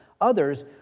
others